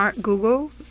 Google